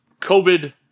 COVID